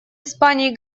испании